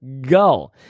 go